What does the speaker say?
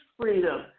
freedom